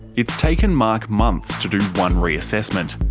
it's taken mark months to do one re-assessment.